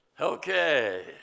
Okay